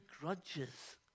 grudges